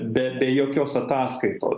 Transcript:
be be jokios ataskaitos